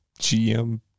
gm